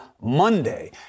Monday